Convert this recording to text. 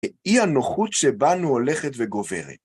‫אי הנוחות שבנו הולכת וגוברת.